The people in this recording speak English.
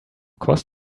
course